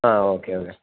ആ okay okay